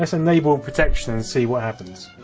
enabling protection and see what happens